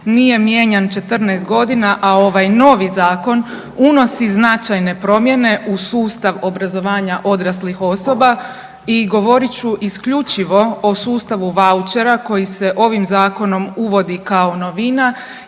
nije mijenjan 14 godina, a ovaj novi zakon unosi značajne promjene u sustav obrazovanja odraslih osoba i govorit ću isključivo o sustavu vouchera koji se ovim zakonom uvodi kao novina